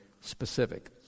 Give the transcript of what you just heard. specific